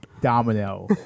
Domino